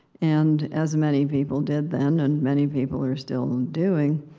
and as many people did then, and many people are still doing,